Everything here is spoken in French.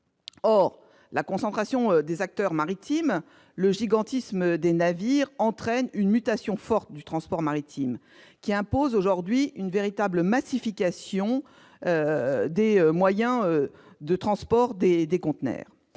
Or la concentration des acteurs maritimes et le gigantisme des navires entraînent une mutation forte du transport maritime, qui impose aujourd'hui une véritable massification des moyens de transport des conteneurs.